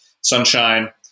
sunshine